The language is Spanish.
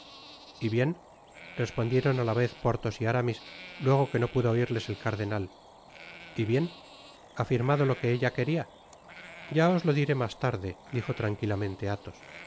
y bien dijeron á la vez porthos y aramis luego que no pudo oirles el cardenal y bien i ha firmado lo que ella queria ya os lo diré mas tarde dijo tranquilamente athos